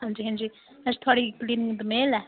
हां जी हां जी अच्छा थोआढ़ी क्लिनिक दोमेल ऐ